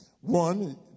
one